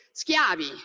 schiavi